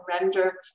render